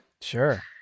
Sure